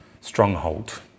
stronghold